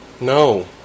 no